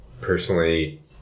personally